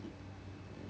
s~